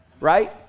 Right